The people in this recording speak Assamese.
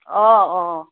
অঁ অঁ